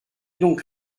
donc